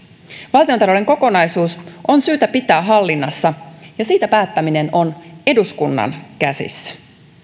valtiontalouden kokonaisuus on syytä pitää hallinnassa ja siitä päättäminen on eduskunnan käsissä